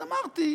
אז אמרתי,